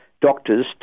doctors